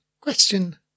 Question